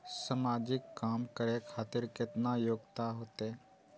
समाजिक काम करें खातिर केतना योग्यता होते?